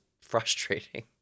frustrating